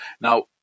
Now